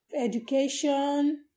Education